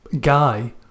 guy